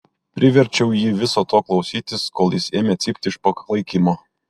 priverčiau jį viso to klausytis kol jis ėmė cypt iš paklaikimo